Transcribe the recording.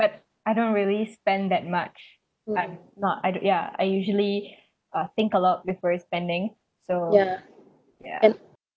but I don't really spend that much I'm not I'd yeah I usually uh think a lot before spending so ya